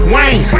Wayne